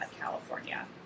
California